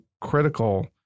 critical